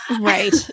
Right